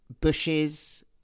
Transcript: bushes